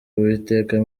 uwiteka